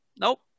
Nope